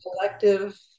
collective